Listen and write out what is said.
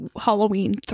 Halloween